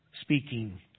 speaking